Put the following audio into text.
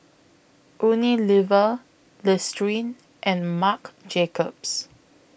Unilever Listerine and Marc Jacobs